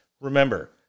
Remember